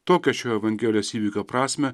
tokią šio evangelijos įvykio prasmę